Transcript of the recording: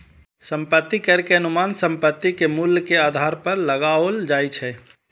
संपत्ति कर के अनुमान संपत्ति के मूल्य के आधार पर लगाओल जाइ छै